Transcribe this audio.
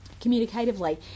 communicatively